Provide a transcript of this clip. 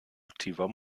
aktiver